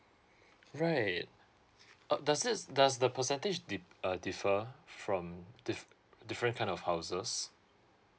right uh does this does the percentage di~ uh differ from diff~ different kind of houses